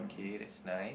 okay that's nice